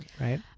right